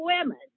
women